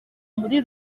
muri